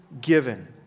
given